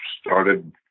started